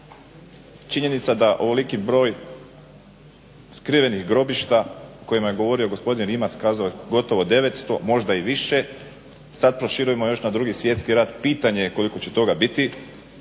Činjenica da ovoliki broj skrivenih grobišta o kojima je govorio gospodin Rimac kazao gotovo 900, možda i više, sad proširujemo još na Drugi svjetski rat. Pitanje je koliko će toga biti,